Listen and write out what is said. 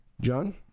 John